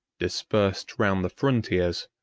dispersed round the frontiers,